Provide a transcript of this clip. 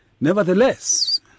Nevertheless